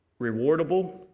rewardable